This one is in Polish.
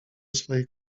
swoich